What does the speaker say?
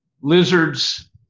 lizards